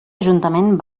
ajuntament